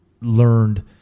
learned